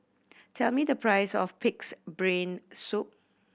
tell me the price of Pig's Brain Soup